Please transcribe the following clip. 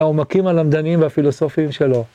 העומקים הלמדניים והפילוסופיים שלו.